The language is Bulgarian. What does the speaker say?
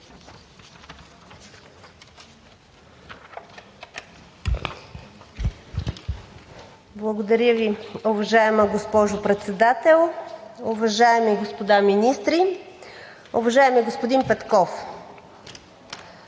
Благодаря Ви, уважаема госпожо Председател. Уважаеми господа министри! Уважаеми господин Петков,